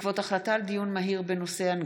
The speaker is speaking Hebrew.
בעקבות דיון מהיר בהצעה של חבר הכנסת סמי אבו שחאדה